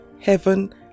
heaven